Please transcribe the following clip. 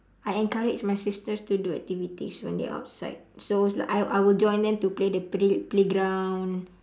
I encourage my sisters to do activities when they outside so it's like I I will join them to play the play playground